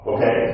Okay